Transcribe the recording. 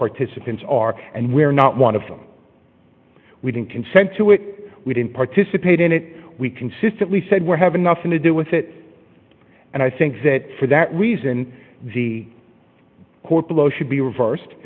participants are and where not one of them we didn't consent to it we didn't participate in it we consistently said we're having nothing to do with it and i think that for that reason the court below should be reversed